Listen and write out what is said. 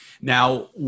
Now